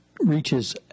reaches